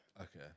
okay